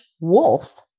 Wolf